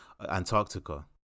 Antarctica